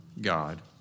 God